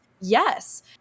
yes